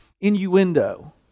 innuendo